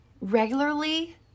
regularly